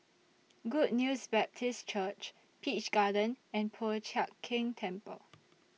Good News Baptist Church Peach Garden and Po Chiak Keng Temple